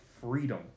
freedom